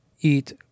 eat